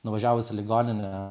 nuvažiavus į ligoninę